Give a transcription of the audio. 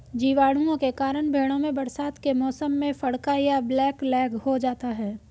जीवाणुओं के कारण भेंड़ों में बरसात के मौसम में फड़का या ब्लैक लैग हो जाता है